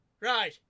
Right